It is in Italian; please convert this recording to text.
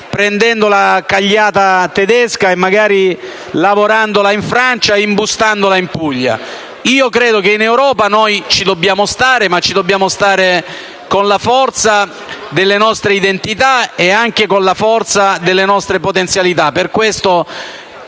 prendendo la cagliata tedesca, magari lavorandola in Francia e poi imbustandola in Puglia. Io credo che in Europa noi ci dobbiamo stare, ma ci dobbiamo stare con la forza delle nostre identità e delle nostre potenzialità. Per questo